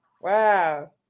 Wow